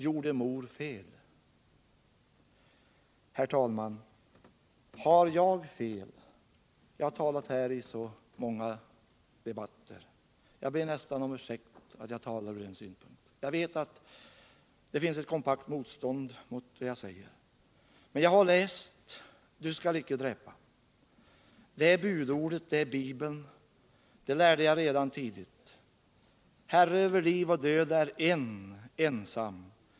Herr talman! Har jag fel? Jag har talat här i så många debatter. Jag ber nästan om ursäkt för att jag talar från denna utgångspunkt. Jag vet att det finns ett kompakt motstånd mot det jag säger. Men jag har läst: Du skall icke dräpa. Det är budordet, det är Bibeln. Det lärde jag redan tidigt. Herre över liv och död är en ensam.